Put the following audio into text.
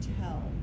tell